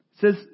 Says